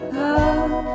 love